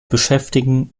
beschäftigen